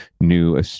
new